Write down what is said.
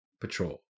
patrol